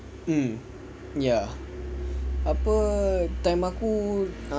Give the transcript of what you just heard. um ya apa time aku